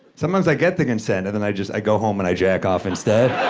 sometimes i get the consent and then i just, i go home and i jack off instead.